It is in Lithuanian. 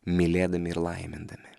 mylėdami ir laimindami